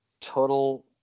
total